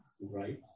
right